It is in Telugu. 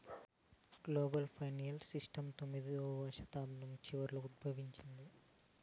గ్లోబల్ ఫైనాన్సియల్ సిస్టము పంతొమ్మిదవ శతాబ్దం చివరలో ఉద్భవించింది